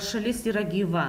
šalis yra gyva